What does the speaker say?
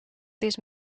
these